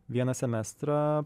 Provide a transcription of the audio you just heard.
vieną semestrą